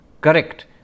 Correct